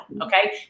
okay